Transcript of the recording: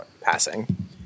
passing